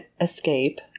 escape